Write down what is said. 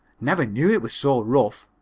never knew it was so rough.